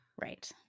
right